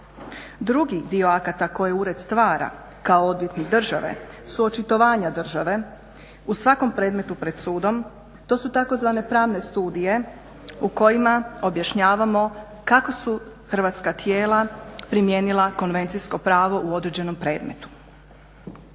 Drugi dio akata koji ured stvara kao odvjetnik države su očitovanja države u svakom predmetu pred sudom. To su takozvane pravne studije u kojima objašnjavamo kako su hrvatska tijela primijenila konvencijsko pravo u određenom predmetu.